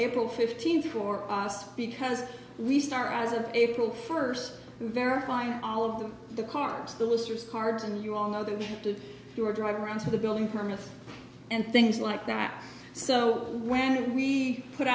able fifteen for us because we start as of april first verifying all of them the cars the losers cards and you all know that you are driving around to the building permits and things like that so when we put